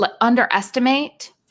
underestimate